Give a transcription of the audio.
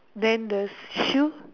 then the shoe